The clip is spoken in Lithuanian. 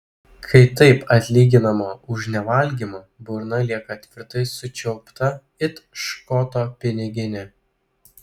kai taip atlyginama už nevalgymą burna lieka tvirtai sučiaupta it škoto piniginė